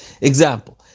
Example